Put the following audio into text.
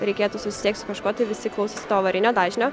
reikėtų susisiekt su kažkuo tai visi klausosi to avarinio dažnio